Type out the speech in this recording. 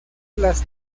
las